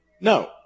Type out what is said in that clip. no